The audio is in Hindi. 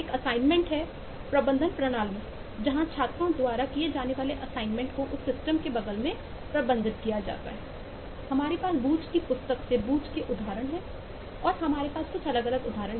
एक असाइनमेंट है प्रबंधन प्रणाली जहां छात्रों द्वारा किए जाने वाले असाइनमेंट को उस सिस्टम के बगल में प्रबंधित किया जाता है हमारे पास बूच के कुछ उदाहरण